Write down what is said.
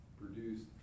produced